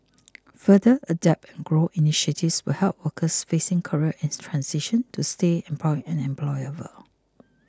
further Adapt and Grow initiatives will help workers facing career transitions to stay employed and employable